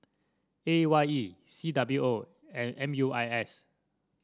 A Y E C W O and M U I S